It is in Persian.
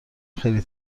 خیلی